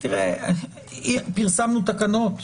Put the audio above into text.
פרסמנו תקנות.